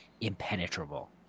impenetrable